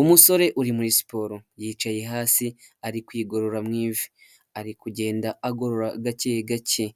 Umusore uri muri siporo yicaye hasi ari kwigorora mu ivi ari kugenda agorora gake gake,